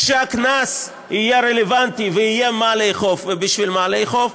כשהקנס יהיה רלוונטי ויהיה מה לאכוף ובשביל מה לאכוף,